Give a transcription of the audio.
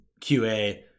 QA